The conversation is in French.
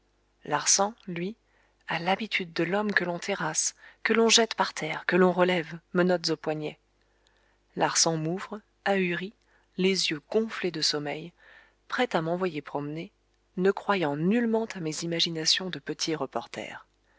larsan lui a l'habitude de l'homme que l'on terrasse que l'on relève menottes aux poignets larsan m'ouvre ahuri les yeux gonflés de sommeil prêt à m'envoyer promener ne croyant nullement à mes imaginations de petit reporter